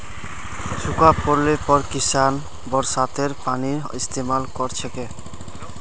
सूखा पोड़ले पर किसान बरसातेर पानीर इस्तेमाल कर छेक